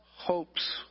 hopes